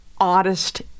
oddest